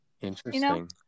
Interesting